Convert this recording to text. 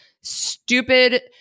stupid